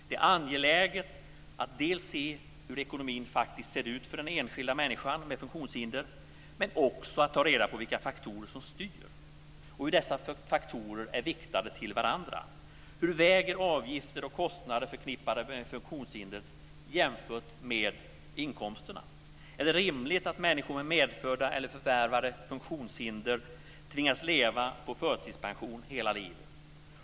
Det är angeläget att se hur ekonomin faktiskt ser ut för den enskilda människan med funktionshinder, men också att ta reda på vilka faktorer som styr och hur dessa faktorer är riktade till varandra. Hur väger avgifter och kostnader förknippade med funktionshindret jämfört med inkomsterna? Är det rimligt att människor med medfödda eller förvärvade funktionshinder tvingas att leva på förtidspension hela livet?